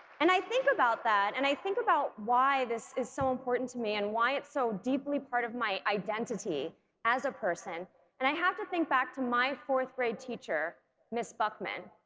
and i think about that and i think about why this is so important to me and why it's so deeply part of my identity as a person and i have to think back to my fourth grade teacher ms. buckman.